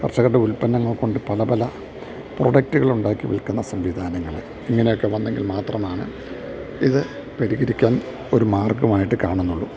കർഷകരുടെ ഉൽപ്പന്നങ്ങൾ കൊണ്ട് പല പല പ്രൊഡക്റ്റുകൾ ഉണ്ടാക്കി വിൽക്കുന്ന സംവിധാനങ്ങൾ ഇങ്ങനെ ഒക്കെ വന്നെങ്കിൽ മാത്രമാണ് ഇത് പരിഹരിക്കാൻ ഒരു മാർഗ്ഗമായിട്ട് കാണുന്നുള്ളൂ